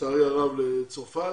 לצרפת